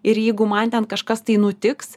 ir jeigu man ten kažkas tai nutiks